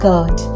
God